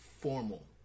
formal